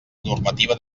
normativa